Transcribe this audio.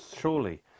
surely